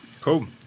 cool